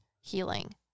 healing